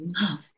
love